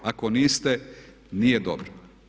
Ako niste nije dobro.